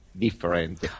different